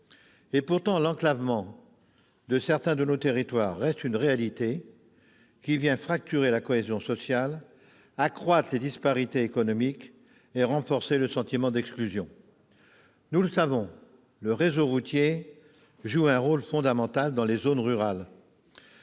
Pourtant, l'enclavement de certains de nos territoires reste une réalité, qui vient fracturer la cohésion sociale, accroître les disparités économiques et renforcer le sentiment d'exclusion. Nous le savons, le réseau routier joue un rôle fondamental dans les zones rurales,